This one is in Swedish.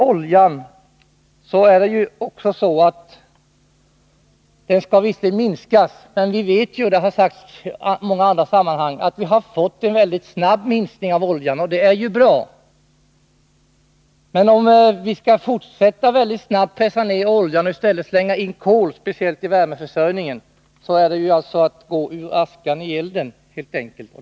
Oljeanvändningen skall minskas. Vi har fått — det har sagts i många andra sammanhang — en mycket snabb minskning av oljeanvändningen, och det är ju bra. Men om vi fortsätter att snabbt pressa ned oljeförbrukningen och i stället slänger in kol, speciellt i värmeförsörjningen, kommer vi helt enkelt ur askan i elden.